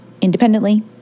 independently